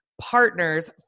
partners